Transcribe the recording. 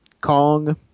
Kong